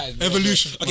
Evolution